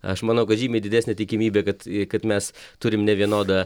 aš manau kad žymiai didesnė tikimybė kad kad mes turim nevienodą